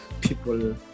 people